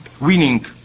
winning